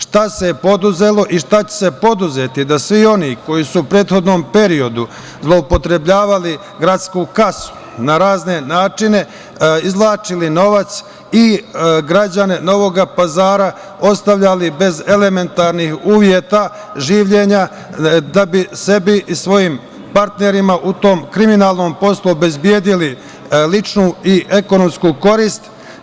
Šta se preduzelo i šta će se preduzeti da svi oni koji su u prethodnom periodu zloupotrebljavali gradsku kasu na razne načine, izvlačili novac i građane Novog Pazara ostavljali bez elementarnih uveta življenja da bi sebi i svojim partnerima u tom kriminalnom poslu obezbedili ličnu i ekonomsku korist?